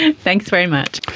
and thanks very much.